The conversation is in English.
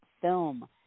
film